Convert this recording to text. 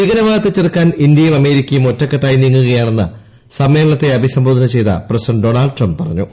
ഭീകരവാദത്തെ ചെറുക്കാൻ ഇന്ത്യയും അമേരിക്കയും ഒറ്റ്ഒക്കട്ടായ് നീങ്ങുകയാണെന്ന് സമ്മേളനത്തെ അഭിസംബോധന ചെയ്ത പ്രസിഡന്റ് ഡോണൾഡ് ട്രംപ് പറഞ്ഞു